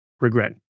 regret